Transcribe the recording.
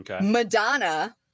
Madonna